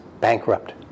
bankrupt